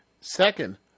Second